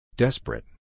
Desperate